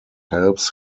helps